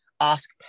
ask